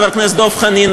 חבר הכנסת דב חנין,